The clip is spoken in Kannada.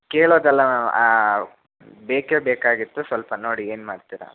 ಕೇಳೋದಲ್ಲ ಮ್ಯಾಮ್ ಬೇಕೇ ಬೇಕಾಗಿತ್ತು ಸ್ವಲ್ಪ ನೋಡಿ ಏನು ಮಾಡ್ತೀರ